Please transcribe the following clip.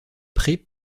prés